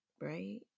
right